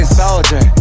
soldier